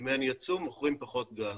אם אין יצוא מוכרים פחות גז.